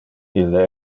ille